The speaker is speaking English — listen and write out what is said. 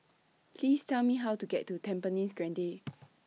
Please Tell Me How to get to Tampines Grande